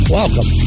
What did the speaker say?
welcome